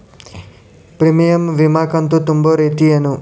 Premium ವಿಮಾ ಕಂತು ತುಂಬೋ ರೇತಿ ಏನು?